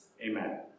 Amen